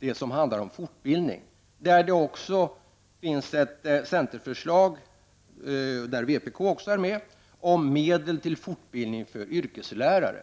betänkande handlar om fortbildning. Där finns det ett centerförslag, vpk är också med, om medel till fortbildning för yrkeslärare.